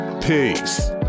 Peace